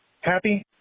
Happy